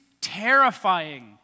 terrifying